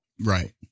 Right